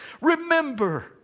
Remember